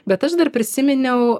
bet aš dar prisiminiau